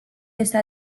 este